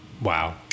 Wow